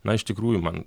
na iš tikrųjų man